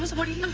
what do you